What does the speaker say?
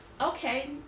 okay